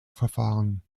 verfahren